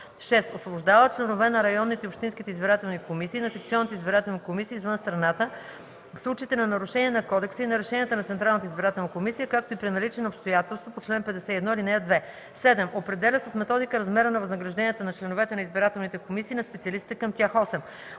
6. освобождава членове на районните и общинските избирателни комисии и на секционните избирателни комисии извън страната в случаите на нарушения на кодекса и на решенията на Централната избирателна комисия, както и при наличие на обстоятелство по чл. 51, ал. 2; 7. определя с методика размера на възнагражденията на членовете на избирателните комисии и на специалистите към тях; 8.